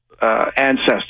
ancestors